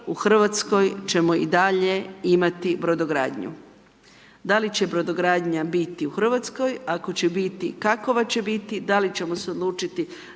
u Hrvatskoj ćemo i dalje brodogradnju. Da li će brodogradnja biti u Hrvatskoj, ako će biti, kakva će biti, da li ćemo se odlučiti